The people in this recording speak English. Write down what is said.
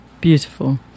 beautiful